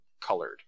colored